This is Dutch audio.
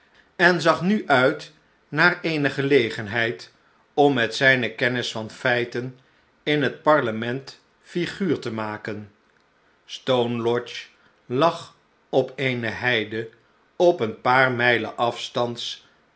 en zag nu uit naar eene gelegenheid om met zijne kennisjvan'feiten in het parlement figuur te maken s t o n e lodge lag op eene heide op een paar mijlen afstands